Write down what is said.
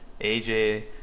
AJ